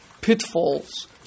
pitfalls